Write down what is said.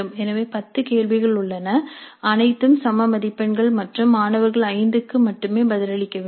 எனவே 10 கேள்விகள் உள்ளன அனைத்தும் சம மதிப்பெண்கள் மற்றும் மாணவர்கள் 5 க்கு மட்டுமே பதிலளிக்க வேண்டும்